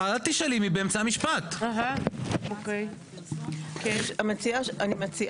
גלעד, אני נותן